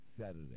Saturday